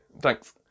thanks